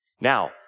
Now